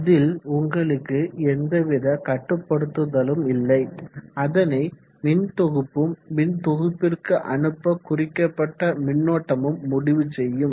அதில் உங்களுக்கு எந்தவித கட்டுப்படுத்துதலும் இல்லை அதனை மின் தொகுப்பும் மின்தொகுப்பிற்கு அனுப்ப குறிக்கப்பட்ட மின்னோட்டமும் முடிவு செய்யும்